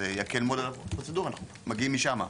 זה יקל מאוד על הפרוצדורה מגיעים משם.